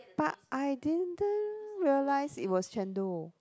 but I didn't realize it was chendol